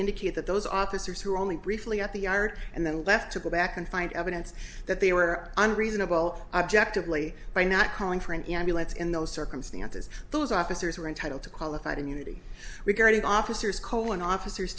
indicate that those officers who are only briefly at the yard and then left to go back and find evidence that they were unreasonable objectively by not calling for an ambulance in those circumstances those officers were entitled to qualified immunity regarding officers colin officers